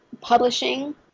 publishing